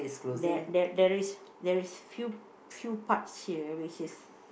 there there there is there is few few parts here which is